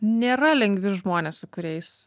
nėra lengvi žmonės su kuriais